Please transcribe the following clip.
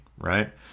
right